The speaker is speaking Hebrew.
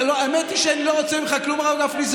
האמת היא שאני לא רוצה ממך כלום, הרב גפני.